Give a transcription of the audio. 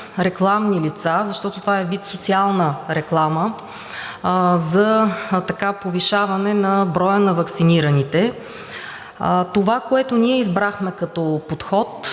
рекламни лица, защото това е вид социална реклама за повишаване на броя на ваксинираните. Това, което ние избрахме като подход